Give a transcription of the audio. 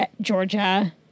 Georgia